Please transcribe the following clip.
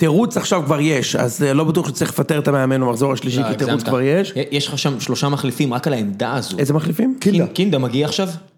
תירוץ עכשיו כבר יש, אז לא בטוח שצריך לפטר את המאמן ולחזור לשלישי, כי תירוץ כבר יש. יש לך שם שלושה מחליפים רק על העמדה הזו. איזה מחליפים? קינדה. קינדה מגיע עכשיו?